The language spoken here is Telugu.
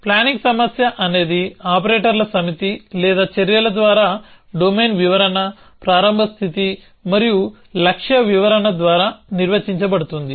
ప్లానింగ్ సమస్య అనేది ఆపరేటర్ల సమితి లేదా చర్యల ద్వారా డొమైన్ వివరణ ప్రారంభ స్థితి మరియు లక్ష్య వివరణ ద్వారా నిర్వచించబడుతుంది